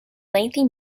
lengthy